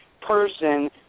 person